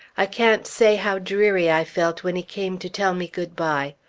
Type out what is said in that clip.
i can't say how dreary i felt when he came to tell me good-bye.